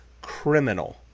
criminal